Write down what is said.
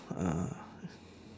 ah